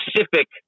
specific